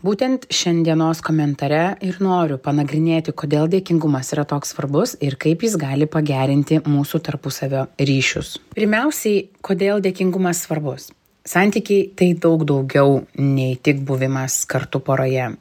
būtent šiandienos komentare ir noriu panagrinėti kodėl dėkingumas yra toks svarbus ir kaip jis gali pagerinti mūsų tarpusavio ryšius pirmiausiai kodėl dėkingumas svarbus santykiai tai daug daugiau nei tik buvimas kartu poroje